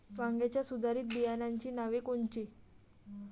वांग्याच्या सुधारित बियाणांची नावे कोनची?